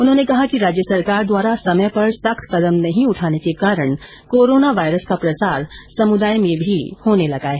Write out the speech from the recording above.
उन्होंने कहा कि राज्य सरकार द्वारा समय पर सख्त कदम नहीं उठाने के कारण कोरोना वायरस का प्रसार समुदाय में भी होने लगा है